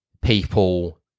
people